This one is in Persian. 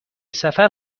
سفر